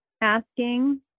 asking